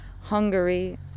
Hungary